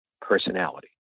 personality